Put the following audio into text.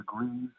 degrees